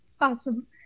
Awesome